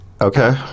Okay